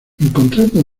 encontrando